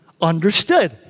understood